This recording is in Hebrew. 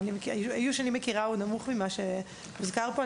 האיוש שאני מכירה הוא נמוך ממה שהוזכר פה.